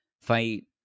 fight